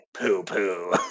poo-poo